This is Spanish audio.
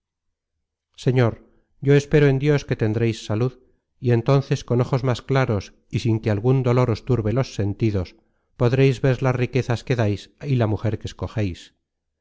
señor yo espero en dios que tendreis salud y entonces con ojos más claros y sin que algun dolor os turbe los sentidos podreis ver las riquezas que dais y la mujer que escogeis mi